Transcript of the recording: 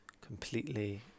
completely